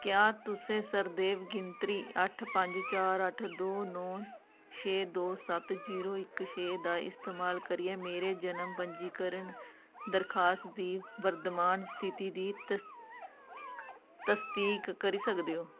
क्या तुस सरदेव गिनतरी अट्ठ पंज चार अट्ठ दो नौ छे दो सत्त जीरो इक छे दा इस्तेमाल करियै मेरे जनम पंजीकरण दरखास्त दी वर्तमान स्थिति दी तस तसदीक करी सकदे ओ